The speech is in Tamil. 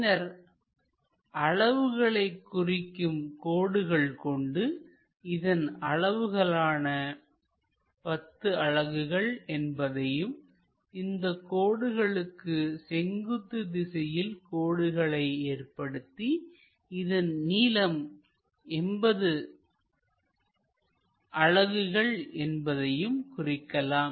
பின்னர் அளவுகளை குறிக்கும் கோடுகள் கொண்டு இதன் அளவுகள் ஆன 10 அலகுகள் என்பதையும் இந்த கோடுகளுக்கு செங்குத்து திசையில் கோடுகளை ஏற்படுத்தி இதன் நீளம் 80 அலகுகள் என்பதையும் குறிக்கலாம்